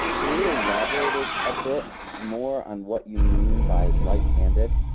can you elaborate a ah bit more on what you mean by light-handed?